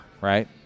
Right